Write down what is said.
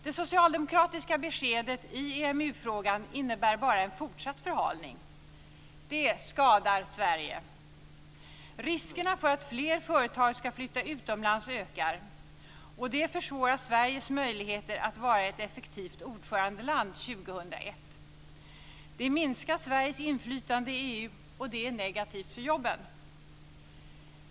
Det socialdemokratiska beskedet i EMU-frågan innebär bara en fortsatt förhalning. Det skadar Sverige. Riskerna för att fler företag ska flytta utomlands ökar. Det försvårar Sveriges möjligheter att vara ett effektivt ordförandeland 2001. Det minskar Sveriges inflytande i EU, och det är negativt för jobben.